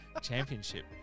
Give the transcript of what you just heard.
championship